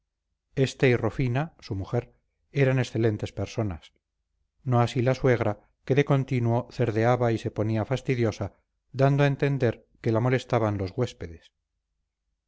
y rufina su mujer eran excelentes personas no así la suegra que de continuo cerdeaba y se ponía fastidiosa dando a entender que la molestaban los huéspedes